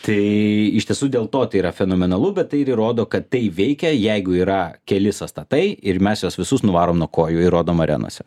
tai iš tiesų dėl to tai yra fenomenalu bet tai ir įrodo kad tai veikia jeigu yra keli sąstatai ir mes juos visus nuvarom nuo kojų ir rodom arenose